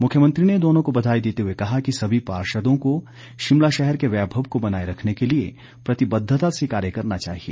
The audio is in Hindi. मुख्यमंत्री ने दोनों को बधाई देते हुए कहा कि सभी पार्षदों को शिमला शहर के वैभव को बनाए रखने के लिए प्रतिबद्वता से कार्य करना चाहिए